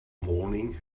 morning